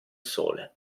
sole